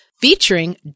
featuring